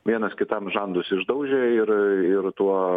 vienas kitam žandus išdaužė ir ir tuo